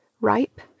ripe